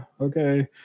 okay